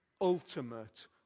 ultimate